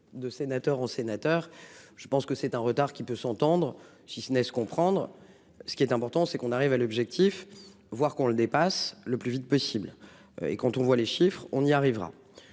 De sénateurs sénateur. Je pense que c'est un retard qui peut s'entendre si ce n'est se comprendre. Ce qui est important c'est qu'on arrive à l'objectif, voir qu'on le dépasse le plus vite possible et quand on voit les chiffres on y arrivera.